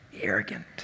Arrogant